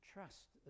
Trust